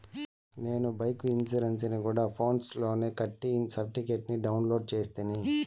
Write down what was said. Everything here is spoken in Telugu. నేను బైకు ఇన్సూరెన్సుని గూడా ఫోన్స్ లోనే కట్టి సర్టిఫికేట్ ని డౌన్లోడు చేస్తిని